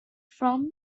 from